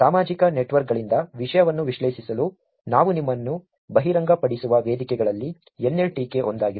ಸಾಮಾಜಿಕ ನೆಟ್ವರ್ಕ್ಗಳಿಂದ ವಿಷಯವನ್ನು ವಿಶ್ಲೇಷಿಸಲು ನಾವು ನಿಮ್ಮನ್ನು ಬಹಿರಂಗಪಡಿಸುವ ವೇದಿಕೆಗಳಲ್ಲಿ NLTK ಒಂದಾಗಿದೆ